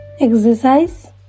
Exercise